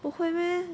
不会 meh